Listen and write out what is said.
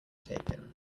taken